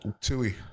Tui